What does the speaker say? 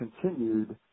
continued